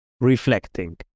reflecting